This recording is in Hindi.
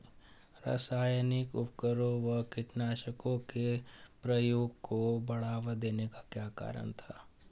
रासायनिक उर्वरकों व कीटनाशकों के प्रयोग को बढ़ावा देने का क्या कारण था?